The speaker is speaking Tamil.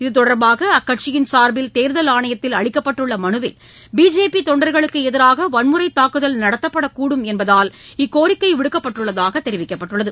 இதுதொடர்பாக அக்கட்சியின் சார்பில் தேர்தல் ஆணையத்தில் அறிவிக்கப்பட்டுள்ள மனுவில் பிஜேபி தொண்டர்களுக்கு எதிராக வன்முறை தாக்குதல் நடத்தப்படக்கூடும் என்பதால் இக்கோரிக்கை விடுக்கப்பட்டுள்ளதாக தெரிவிக்கப்பட்டுள்ளது